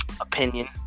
opinion